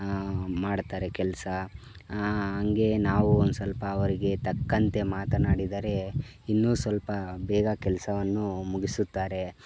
ಮಾಡ್ತಾರೆ ಕೆಲಸ ಹಂಗೆ ನಾವು ಒಂದು ಸ್ವಲ್ಪ ಅವರಿಗೆ ತಕ್ಕಂತೆ ಮಾತನಾಡಿದರೆ ಇನ್ನು ಸ್ವಲ್ಪ ಬೇಗ ಕೆಲಸವನ್ನು ಮುಗಿಸುತ್ತಾರೆ